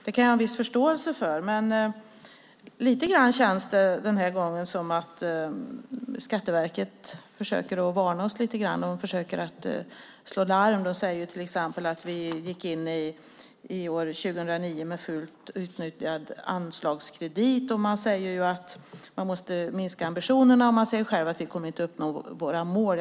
Det har jag viss förståelse för, men den här gången känns det som att Skatteverket försöker varna oss och slå larm. Man säger att man gick in i 2009 med fullt utnyttjad anslagskredit, att man måste minska ambitionerna och att man inte kommer att uppnå sina mål.